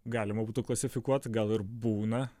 galima būtų klasifikuot gal ir būna